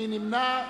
מי נמנע?